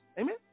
Amen